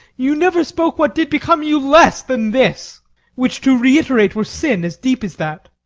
you never spoke what did become you less than this which to reiterate were sin as deep as that,